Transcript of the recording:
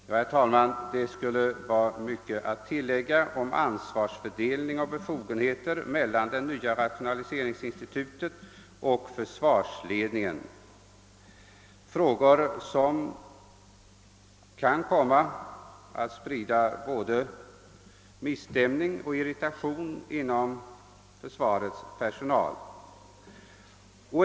Det skulle, herr talman, vara mycket att tillägga om ansvarsfördelningen mellan det nya rationaliseringsinstitutet och försvarsledningen samt deras respektive befogenheter — frågor som vid sin tillämpning kan komma att sprida både misstämning och irritation bland försvarets personal.